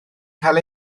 cael